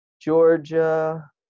Georgia